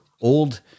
old